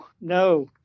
no